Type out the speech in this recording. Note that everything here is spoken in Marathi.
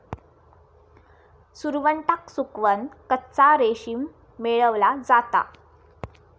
सुरवंटाक सुकवन कच्चा रेशीम मेळवला जाता